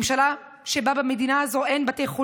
ממשלה שבה במדינה הזאת אין בתי חולים,